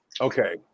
okay